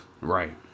right